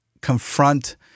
confront